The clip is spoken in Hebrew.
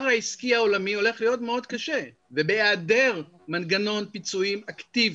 העסקי העולמי הולך להיות מאוד קשה ובהיעדר מנגנון פיצויים אקטיבי,